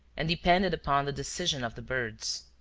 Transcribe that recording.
and depended upon the decision of the birds.